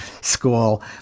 school